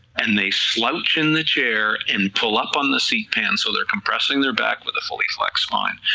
and they slouch in the chair and pull up on the seat pan so they are compressing their back with a fully flexed spine,